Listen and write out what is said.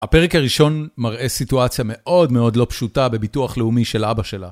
הפרק הראשון מראה סיטואציה מאוד מאוד לא פשוטה בביטוח לאומי של אבא שלה